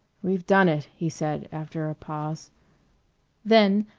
we've done it, he said after a pause then,